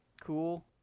cool